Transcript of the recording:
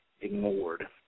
ignored